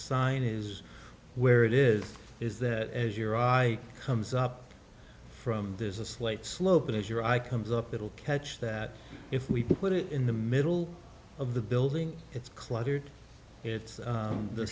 sign is where it is is that as your i comes up from there's a slight slope as your eye comes up it'll catch that if we put it in the middle of the building it's cluttered it's